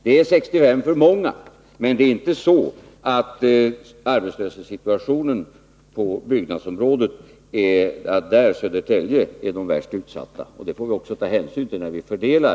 Det är 65 för många, men arbetslösa i Södertälje kan — Nr 157 inte sägas vara de värst utsatta. Detta får vi också ta hänsyn till när vi fördelar